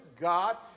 God